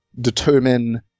determine